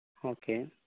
okay